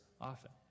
often